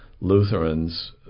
lutherans